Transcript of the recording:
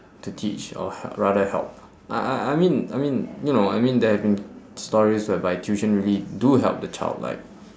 to teach or h~ rather help I I I mean I mean you know I mean there have been stories whereby tuition really do help the child like